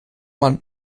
man